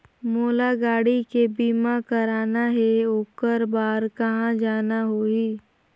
मोला गाड़ी के बीमा कराना हे ओकर बार कहा जाना होही?